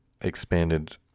expanded